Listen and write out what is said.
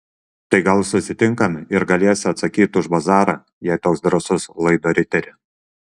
tai gal susitinkam ir galėsi atsakyt už bazarą jei toks drąsus laido riteri